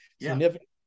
significant